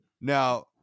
now